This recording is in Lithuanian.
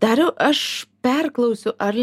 dariau aš perklausiu ar